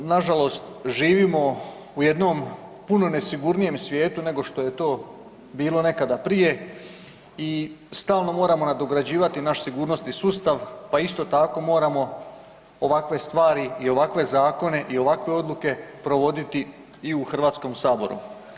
Nažalost živimo u jednom puno nesigurnijem svijetu nego što je to bilo nekada prije i stalno moramo nadograđivati naš sigurnosni sustav, pa isto tako moramo ovakve stvari i ovakve zakone i ovakve odluke provoditi i u HS-u.